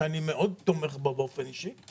שאני מאוד תומך בה באופן אישי,